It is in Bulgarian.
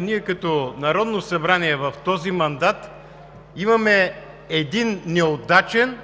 Ние, като Народно събрание, в този мандат имаме един неудачен